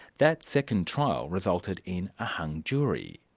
that second trial resulted in a hung jury.